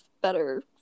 better